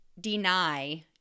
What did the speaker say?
deny